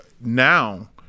now